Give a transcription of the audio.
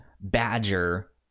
Badger